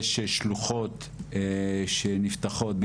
יש שלוחות שנפתחות,